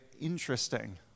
interesting